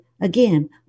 again